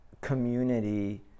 community